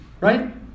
right